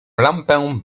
lampę